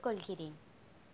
ஒப்புக்கொள்கிறேன்